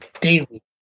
daily